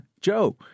Joe